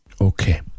Okay